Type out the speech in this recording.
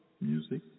music